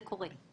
זה קורה.